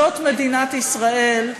זאת מדינת ישראל,